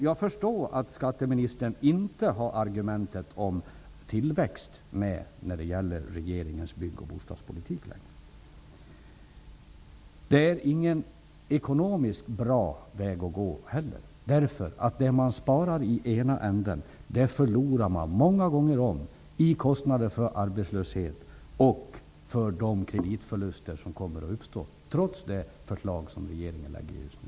Jag förstår att skatteministern inte längre har med argumentet om tillväxt när det gäller bygg och bostadspolitiken. Men det är inte fråga om en ekonomiskt bra väg att gå, därför att det man sparar i ena änden förlorar man många gånger om i kostnader för arbetslösheten och för de kreditförluster som kommer att uppstå, trots förslag som regeringen nu lägger fram.